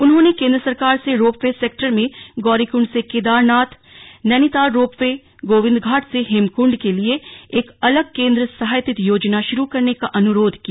उन्होंने केंद्र सरकार से रोपवे सेक्टर में गौरीकृण्ड से केदारनाथ नैनीताल रोपवे गोविन्दघाट से हेमकुण्ड के लिए एक अलग केन्द्र सहायतित योजना शुरू करने का अनुरोध किया